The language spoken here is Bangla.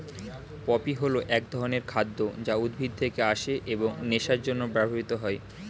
পপি হল এক ধরনের খাদ্য যা উদ্ভিদ থেকে আসে এবং নেশার জন্য ব্যবহৃত হয়